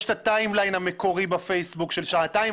יש את הטיים ליין המקורי בפייסבוק של שעתיים